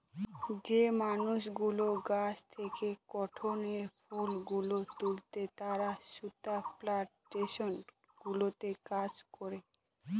যে মানুষগুলো গাছ থেকে কটনের ফুল গুলো তুলে তারা সুতা প্লানটেশন গুলোতে কাজ করে